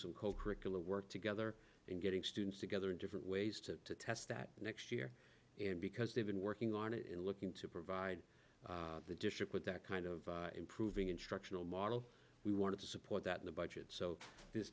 co curricular work together and getting students together in different ways to test that next year and because they've been working on it and looking to provide the district with that kind of improving instructional model we want to support that in the budget so th